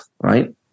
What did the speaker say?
right